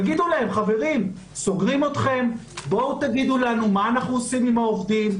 שיגידו להם שסוגרים אותם ואז בואו תגידו לנו מה אנחנו עושים עם העובדים,